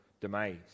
demise